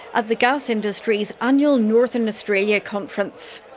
at the gas industry's annual northern australia conference.